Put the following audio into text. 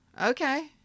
Okay